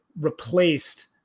replaced